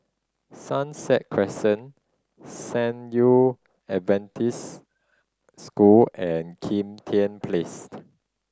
Sunset Crescent San Yu Adventist School and Kim Tian Placed